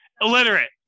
Illiterate